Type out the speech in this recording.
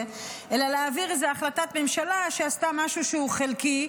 אלא להעביר איזו החלטת ממשלה שעשתה משהו חלקי,